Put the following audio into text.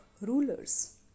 rulers